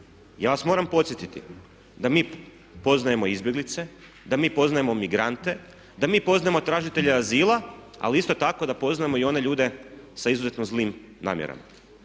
Ja vas moram podsjetiti da mi poznajemo izbjeglice, da mi poznajemo migrante, da mi poznajemo tražitelje azila ali isto tako da poznajemo i one ljude sa izuzetno zlim namjerama.